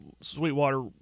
Sweetwater